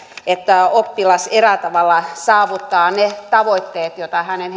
että oppilas eräällä tavalla saavuttaa ne tavoitteet joita hänen